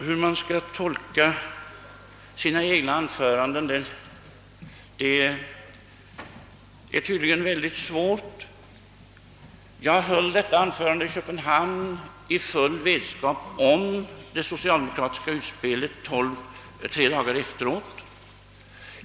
Hur man skall tolka sina egna anföranden är tydligen mycket svårt att avgöra. Jag höll det aktuella anförandet i Köpenhamn i full vetskap om det socialdemokratiska utspelet tre dagar senare.